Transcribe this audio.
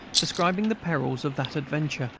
describing the perils of that adventure,